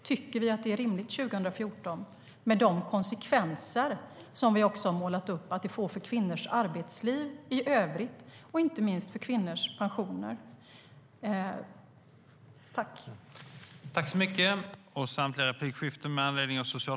Tycker vi att det är rimligt 2014 med de konsekvenser som vi också har målat upp att det får för kvinnors arbetsliv i övrigt och inte minst för kvinnors pensioner?